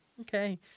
okay